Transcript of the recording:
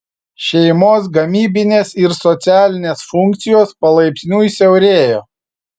šeimos gamybinės ir socialinės funkcijos palaipsniui siaurėjo